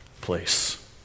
place